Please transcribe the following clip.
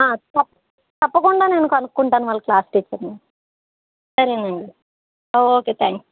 ఆ తప్ తప్పకుండా నేను కనుక్కుంటాను వాళ్ళ క్లాస్ టీచర్ని సరే అండి ఓకే థాంక్స్